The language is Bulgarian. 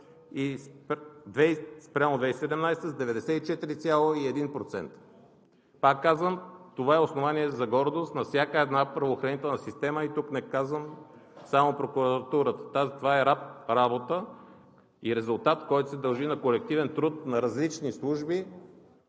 и спрямо 2017 г. с 94,1%. Пак казвам, това е основание за гордост на всяка една правоохранителна система. И тук не казвам само прокуратурата, това е работа и резултат, който се дължи на колективен труд на различни служби,